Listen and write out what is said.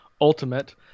ultimate